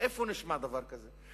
איפה נשמע דבר כזה?